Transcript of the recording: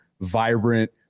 vibrant